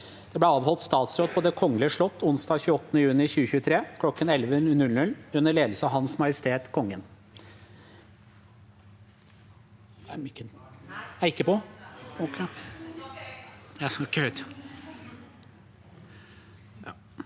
«Det ble avholdt statsråd på Det kongelige slott onsdag 28. juni 2023 kl. 11.00 under ledelse av Hans Majestet Kongen.